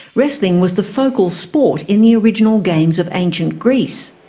wrestling was the focal sport in the original games of ancient greece.